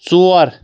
ژور